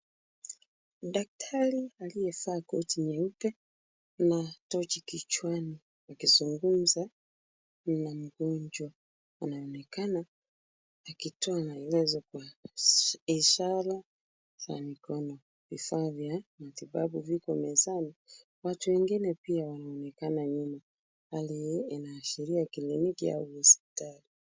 Daktari aliyevaa koti nyeupe na tochi kichwani akizungumza na mgonjwa. Anaonekana akitoa maelezo kwa ishara kwa mikono. Vifaa vya matibabu vipo mezani. Watu wengine pia wanaonekana nyuma. Hali hiyo inaashiria kliniki au hospitali.